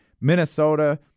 Minnesota